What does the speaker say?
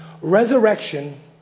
resurrection